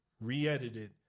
re-edited